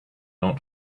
not